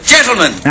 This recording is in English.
Gentlemen